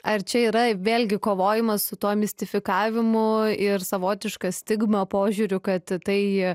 ar čia yra vėlgi kovojimas su tuo mistifikavimu ir savotiška stigma požiūriu kad tai